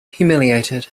humiliated